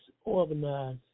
organize